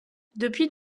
depuis